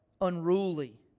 unruly